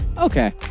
Okay